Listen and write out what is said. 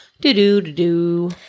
Do-do-do-do